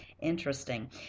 interesting